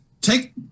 take